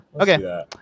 okay